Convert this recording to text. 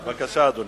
בבקשה, אדוני.